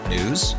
News